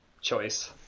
choice